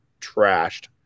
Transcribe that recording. trashed